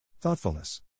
Thoughtfulness